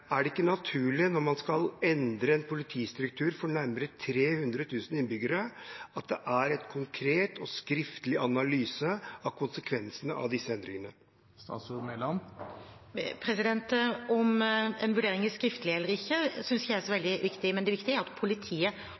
Er det ikke naturlig, når man skal endre en politistruktur for nærmere 300 000 innbyggere, at det er en konkret og skriftlig analyse av konsekvensene av disse endringene? Om en vurdering er skriftlig eller ikke, synes jeg ikke er så veldig viktig. Det viktige er at politiet